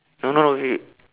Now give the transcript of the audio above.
no no no okay